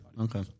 Okay